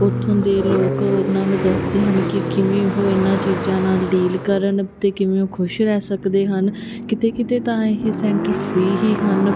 ਉੱਥੋਂ ਦੇ ਲੋਕ ਉਹਨਾਂ ਨੂੰ ਦੱਸਦੇ ਹਨ ਕਿ ਕਿਵੇਂ ਉਹ ਇਹਨਾਂ ਚੀਜ਼ਾਂ ਨਾਲ ਡੀਲ ਕਰਨ ਅਤੇ ਕਿਵੇਂ ਉਹ ਖੁਸ਼ ਰਹਿ ਸਕਦੇ ਹਨ ਕਿਤੇ ਕਿਤੇ ਤਾਂ ਇਹ ਸੈਂਟਰ ਫਰੀ ਹੀ ਹਨ